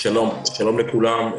שלום לכולם.